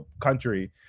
country